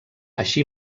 així